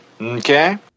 Okay